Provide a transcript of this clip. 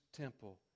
temple